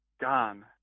gone